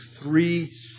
three